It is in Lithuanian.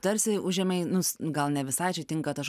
tarsi užėmei nus gal ne visai tinka tas